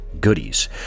goodies